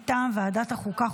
מטעם ועדת החוקה,